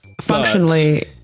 Functionally